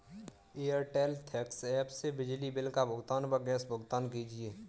Airtel thanks app से बिजली bill का भुगतान व गैस भुगतान कीजिए